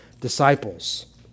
disciples